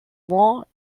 vents